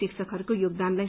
शिक्षकहरूको योगदानलई